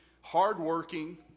hardworking